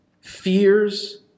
fears